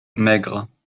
maigres